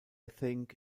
think